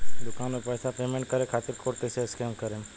दूकान पर पैसा पेमेंट करे खातिर कोड कैसे स्कैन करेम?